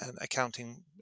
accounting